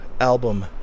Album